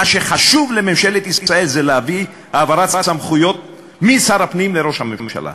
מה שחשוב לממשלת ישראל זה להביא העברת סמכויות משר הפנים לראש הממשלה?